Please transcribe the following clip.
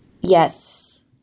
Yes